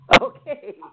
Okay